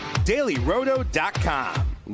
dailyroto.com